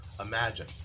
imagine